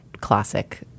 classic